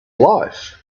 life